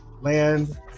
land